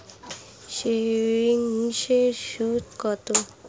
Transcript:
সেভিংসে সুদ কত?